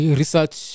research